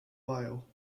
while